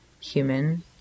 human